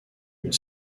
une